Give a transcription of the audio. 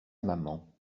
maman